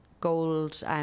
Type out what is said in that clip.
gold